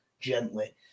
gently